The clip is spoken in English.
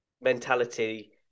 mentality